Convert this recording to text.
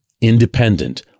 independent